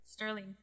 Sterling